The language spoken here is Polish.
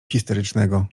histerycznego